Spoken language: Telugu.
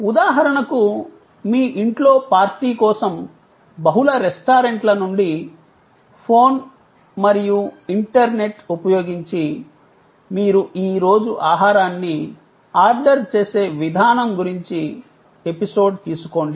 ఉదాహరణకు మీ ఇంట్లో పార్టీ కోసం బహుళ రెస్టారెంట్ల నుండి ఫోన్ మరియు ఇంటర్నెట్ ఉపయోగించి మీరు ఈ రోజు ఆహారాన్ని ఆర్డర్ చేసే విధానం గురించి ఎపిసోడ్ తీసుకోండి